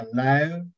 allow